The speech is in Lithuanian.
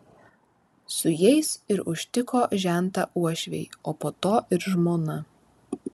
su jais ir užtiko žentą uošviai o po to ir žmona